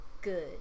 Good